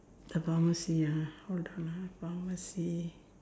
the pharmacy ah hold on ah pharmacy